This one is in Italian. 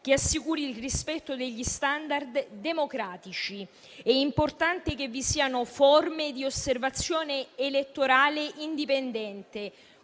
che assicuri il rispetto degli *standard* democratici. È importante che vi siano forme di osservazione elettorale indipendente,